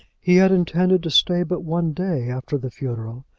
he had intended to stay but one day after the funeral,